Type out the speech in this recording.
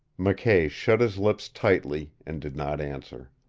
mckay shut his lips tightly, and did not answer.